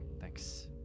thanks